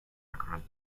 across